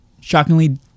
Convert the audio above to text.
shockingly